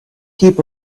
heap